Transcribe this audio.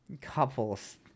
couples